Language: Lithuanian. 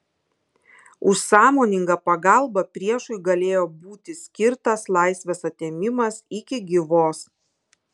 už sąmoningą pagalbą priešui galėjo būti skirtas laisvės atėmimas iki gyvos